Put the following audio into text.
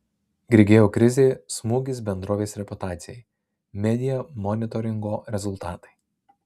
grigeo krizė smūgis bendrovės reputacijai media monitoringo rezultatai